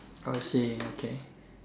oh I see okay